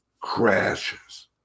crashes